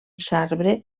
sabre